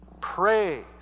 praise